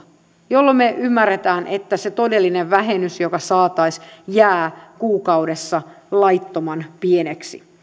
jolloin me ymmärrämme että se todellinen vähennys joka saataisiin jää kuukaudessa laittoman pieneksi